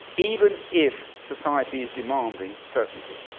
even if society is demanding certainty.